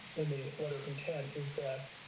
in the letter of intent is that